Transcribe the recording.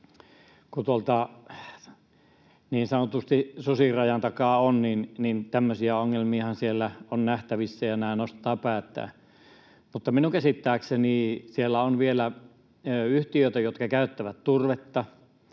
Kun tuolta niin sanotusti susirajan takaa on, niin tämmöisiä ongelmiahan siellä on nähtävissä ja nämä nostavat päätään. Mutta minun käsittääkseni siellä on vielä yhtiöitä, jotka käyttävät turvetta